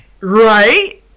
Right